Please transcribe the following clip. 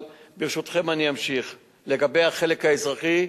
ברשותכם, אני אמשיך: לגבי החלק האזרחי,